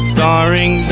Starring